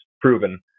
proven